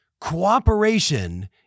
cooperation